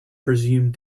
presumed